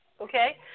Okay